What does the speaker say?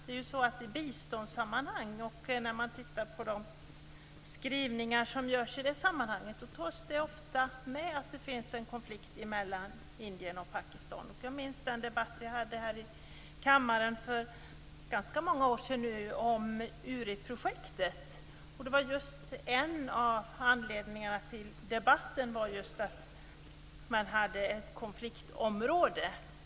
När vi ser på de skrivningar som görs i biståndssammanhang, finner vi att man ofta tar upp att det finns en konflikt mellan Indien och Pakistan. Jag minns den debatt vi förde här i kammaren för ganska många år sedan nu om URI-projektet. En av anledningarna till debatten var just att det rörde sig om ett konfliktområde.